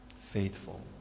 faithful